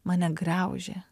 mane graužė